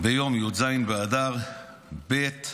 ביום י"ז באדר ב'